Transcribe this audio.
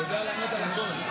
הוא יודע לענות על הכול.